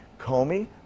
comey